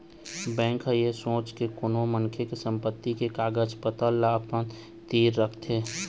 bank ह ऐ सोच के कोनो मनखे के संपत्ति के कागज पतर ल अपन तीर रखथे